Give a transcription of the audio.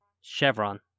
Chevron